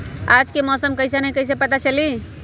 आज के मौसम कईसन हैं कईसे पता चली?